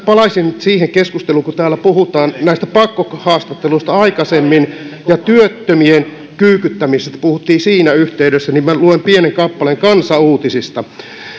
palaisin siihen keskusteluun kun täällä puhuttiin näistä pakkohaastatteluista aikaisemmin ja työttömien kyykyttämisestä puhuttiin siinä yhteydessä minä luen pienen kappaleen kansan uutisista